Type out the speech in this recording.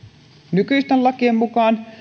nykyisten lakien mukaan